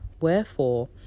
wherefore